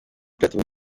platini